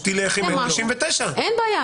שתלך עם N99. אין בעיה.